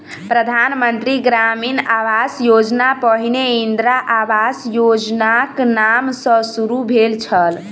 प्रधान मंत्री ग्रामीण आवास योजना पहिने इंदिरा आवास योजनाक नाम सॅ शुरू भेल छल